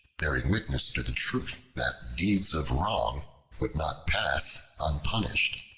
bearing witness to the truth that deeds of wrong would not pass unpunished.